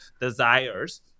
desires